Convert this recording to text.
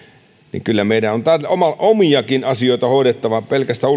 kyllä meidän on omiakin asioita hoidettava ei pelkästään